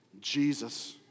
Jesus